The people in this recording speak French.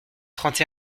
trente